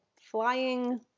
flying